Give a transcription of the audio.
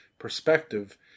perspective